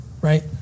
right